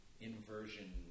inversion